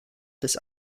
des